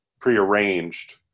prearranged